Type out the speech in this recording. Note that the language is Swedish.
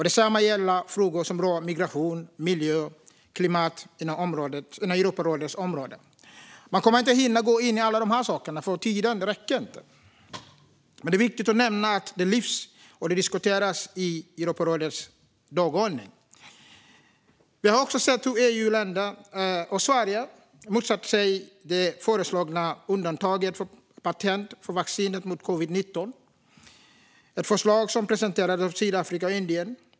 Detsamma gäller frågor som rör migration, miljö och klimat inom Europarådets område. Man kommer inte att hinna gå in på alla dessa saker, för tiden räcker inte. Men det är viktigt att nämna att detta diskuteras och lyfts på Europarådets dagordning. Vi har också sett hur EU-länder och Sverige motsatte sig det föreslagna undantaget för patent för vaccin mot covid-19. Det var ett förslag som presenterades av Sydafrika och Indien.